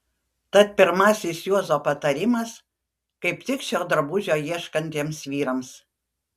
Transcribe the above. tad pirmasis juozo patarimas kaip tik šio drabužio ieškantiems vyrams